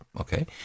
Okay